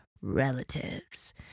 relatives